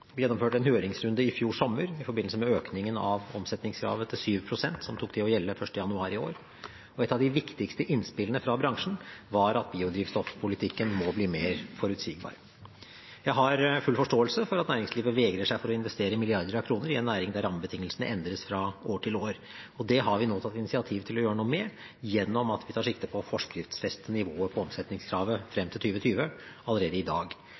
Vi gjennomførte en høringsrunde i fjor sommer i forbindelse med økningen av omsetningskravet til 7 pst., som tok til å gjelde 1. januar i år. Et av de viktigste innspillene fra bransjen var at biodrivstoffpolitikken må bli mer forutsigbar. Jeg har full forståelse for at næringslivet vegrer seg for å investere milliarder av kroner i en næring der rammebetingelsene endres fra år til år. Dette har vi nå tatt initiativ til å gjøre noe med gjennom at vi tar sikte på å forskriftsfeste nivået på omsetningskravet frem til 2020 allerede i dag.